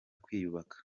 kwiyubaka